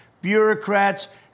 bureaucrats